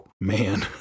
man